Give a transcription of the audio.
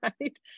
right